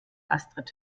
astrid